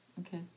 Okay